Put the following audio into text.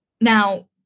Now